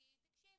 כי תקשיבו,